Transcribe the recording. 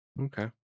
okay